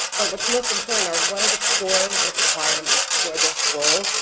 but what's most important are what are the core requirements for this role?